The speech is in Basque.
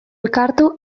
elkartu